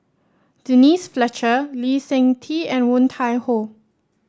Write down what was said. Denise Fletcher Lee Seng Tee and Woon Tai Ho